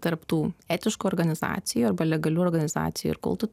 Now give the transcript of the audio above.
tarp tų etiškų organizacijų arba legalių organizacijų ir kultų